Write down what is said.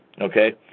Okay